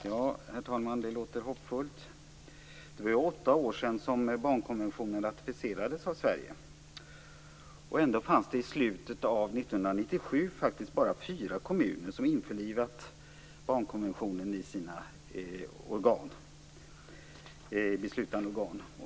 Herr talman! Det låter hoppfullt. Det var åtta år sedan som barnkonventionen ratificerades av Sverige. Ändå fanns det i slutet av 1997 faktiskt bara fyra kommuner som införlivat barnkonventionen i sina beslutande organ.